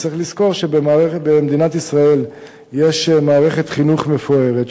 צריך לזכור שבמדינת ישראל יש מערכת חינוך מפוארת,